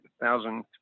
thousand